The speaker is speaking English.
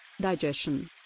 Digestion